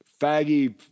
faggy